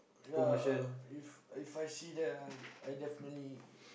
ya if If I see that ah I definitely